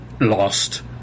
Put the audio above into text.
lost